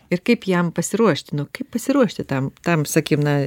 ir kaip jam pasiruošti nu kaip pasiruošti tam tam sakim na